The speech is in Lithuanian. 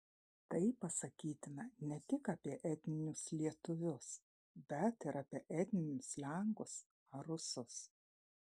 tai pasakytina ne tik apie etninius lietuvius bet ir apie etninius lenkus ar rusus